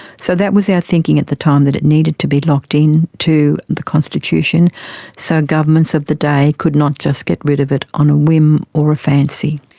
so that was our thinking at the time, that it needed to be locked in to the constitution so governments of the day could not just get rid of it on a whim or a fancy.